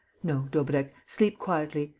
no, daubrecq, sleep quietly.